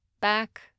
back